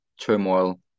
turmoil